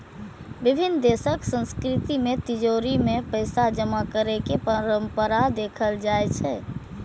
विभिन्न देशक संस्कृति मे तिजौरी मे पैसा जमा करै के परंपरा देखल जाइ छै